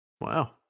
Wow